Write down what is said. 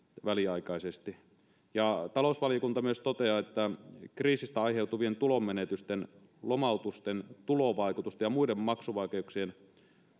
väliaikaisesti talousvaliokunta myös toteaa että luottoja perustellaan kriisistä aiheutuvien tulonmenetysten lomautusten tulovaikutusten ja muiden maksuvaikeuksien